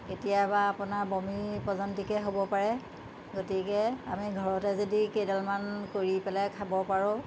কেতিয়াবা আপোনাৰ বমি প্ৰজন্তিকে হ'ব পাৰে গতিকে আমি ঘৰতে যদি কেইডালমান কৰি পেলাই খাব পাৰোঁ